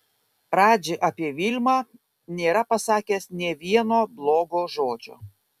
radži apie vilmą nėra pasakęs nė vieno blogo žodžio